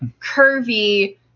curvy